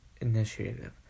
initiative